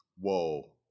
Whoa